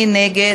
מי נגד?